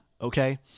Okay